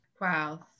Wow